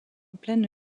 pleine